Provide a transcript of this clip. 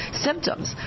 symptoms